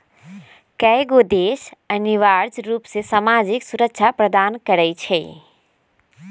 कयगो देश अनिवार्ज रूप से सामाजिक सुरक्षा प्रदान करई छै